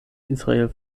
israel